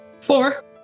Four